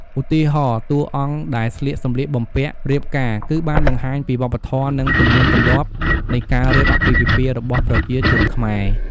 ឧទាហរណ៍ តួរអង្គដែរស្លៀកសំម្លៀកបំពាក់រៀបការ គឺបានបង្ហាញពីវប្បធម៍នឹងទំនាមទំលាបនៃការរៀបអាពាពិពាណ៍របស់ប្រជាជនខ្មែរ ។